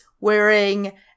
wearing